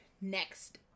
next